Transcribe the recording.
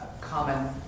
common